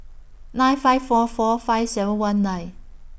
nine five four four five seven one nine